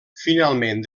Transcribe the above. finalment